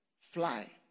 fly